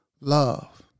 love